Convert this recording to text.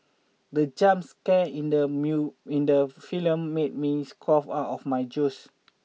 the jump scare in the in the film made me cough out my juice